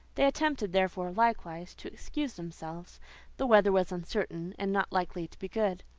they attempted, therefore, likewise, to excuse themselves the weather was uncertain, and not likely to be good.